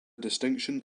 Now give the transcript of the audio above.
distinction